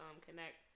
connect